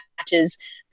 matches